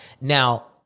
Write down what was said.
Now